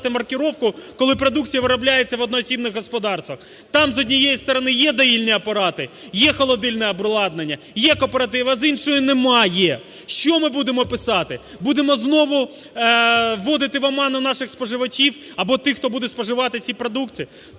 маркировку, коли продукція виробляється в одноосібних господарствах? Там, з однієї сторони, є доїльні апарати, є холодильне обладнання, є кооперативи, а з іншої – немає. Що ми будемо писати? Будемо знову вводити в оману наших споживачів або тих, хто буде споживати ці продукти?